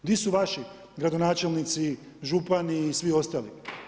Gdje su vaši gradonačelnici, župani i svi ostali?